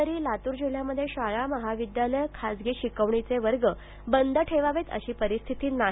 तूर्त लातूर जिल्ह्यामध्ये शाळा महाविद्यालये खासगी शिकवणीचे वर्ग बंद ठेवावेत अशी परिस्थिती नाही